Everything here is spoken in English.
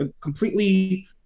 completely